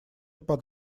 под